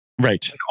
Right